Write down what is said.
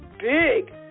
big